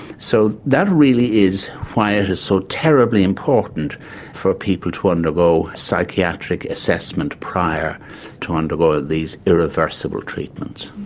so that really is why it is so terribly important for people to undergo psychiatric assessment prior to undergoing these irreversible treatments.